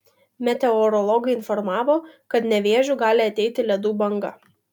meteorologai informavo kad nevėžiu gali ateiti ledų banga